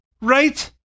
Right